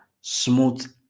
smooth